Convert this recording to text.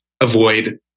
avoid